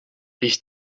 ich